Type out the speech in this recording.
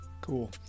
Cool